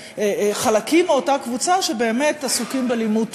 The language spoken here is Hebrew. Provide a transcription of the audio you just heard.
חלקים מאותה קבוצה שבאמת עסוקים בלימוד תורה,